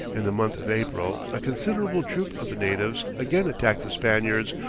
in the month of april, a considerable troop of the natives again attacked the spaniards,